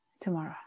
tomorrow